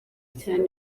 cyane